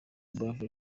beverly